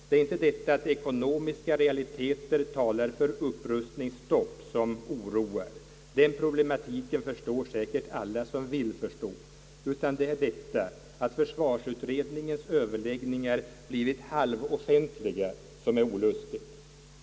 Det är inte detta att ekonomiska realiteter talar för upprustningsstopp som oroar — den problematiken förstår säkert alla som vill förstå — utan det är detta att försvarsutredningens överläggningar blivit halvoffentliga som är olustigt.